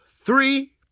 three